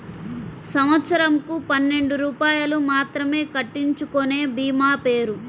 సంవత్సరంకు పన్నెండు రూపాయలు మాత్రమే కట్టించుకొనే భీమా పేరు?